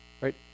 right